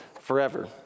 forever